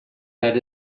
head